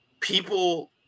people